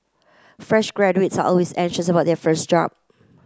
fresh graduates always anxious about their first job